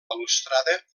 balustrada